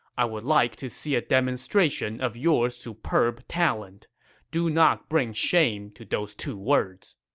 i would like to see a demonstration of your superb talent do not bring shame to those two words.